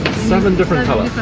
seven different colours.